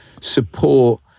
support